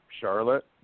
Charlotte